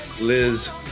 Liz